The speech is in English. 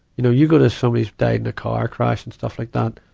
you know, you go to someone's died in a car crash and stuff like that,